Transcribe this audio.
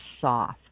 soft